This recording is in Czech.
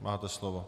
Máte slovo.